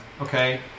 okay